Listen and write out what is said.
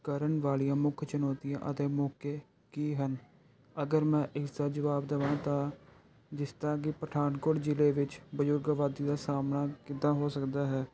ਕਰਣ ਵਾਲੀਆਂ ਮੁੱਖ ਚੁਣੌਤੀਆਂ ਅਤੇ ਮੌਕੇ ਕੀ ਹਨ ਅਗਰ ਮੈਂ ਇਸਦਾ ਜਵਾਬ ਦੇਵਾਂ ਤਾਂ ਜਿਸ ਤਰ੍ਹਾ ਕਿ ਪਠਾਨਕੋਟ ਜ਼ਿਲ੍ਹੇ ਵਿੱਚ ਬਜ਼ੁਰਗਵਾਦੀ ਦਾ ਸਾਹਮਣਾ ਕਿੱਦਾਂ ਹੋ ਸਕਦਾ ਹੈ